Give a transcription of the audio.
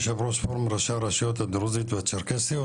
יושב ראש פורום ראשי הרשויות הדרוזיות והצ'רקסיות.